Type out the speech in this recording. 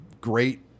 great